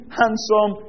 handsome